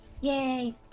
Yay